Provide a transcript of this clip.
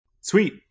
Sweet